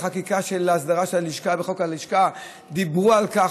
בחקיקה של הסדרה של חוק הלשכה: דיברו על כך,